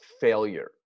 failure